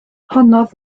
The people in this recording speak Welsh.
honnodd